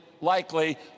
likely